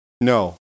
No